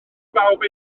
bawb